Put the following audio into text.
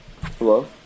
Hello